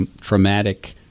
traumatic